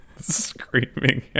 screaming